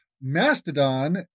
Mastodon